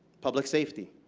public safety,